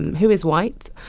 who is white.